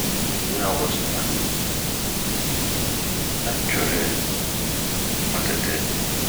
Din a wosomɛ nɛɛ a cohe matete.